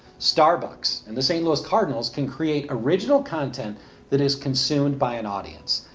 starbucks and the st. louis cardinals can create original content that is consumed by an audience.